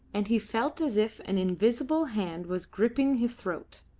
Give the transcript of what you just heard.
and he felt as if an invisible hand was gripping his throat.